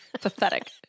Pathetic